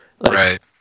right